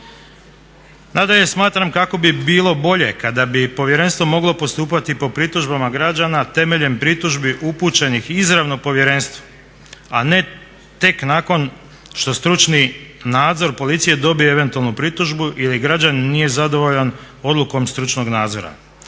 Nadalje, smatram kako bi bilo bolje kada bi Povjerenstvo moglo postupati po pritužbama građana temeljem pritužbi upućenih izravno Povjerenstvu, a ne tek nakon što stručni nadzor policije dobije eventualnu pritužbu ili građanin nije zadovoljan odlukom stručnog nadzora.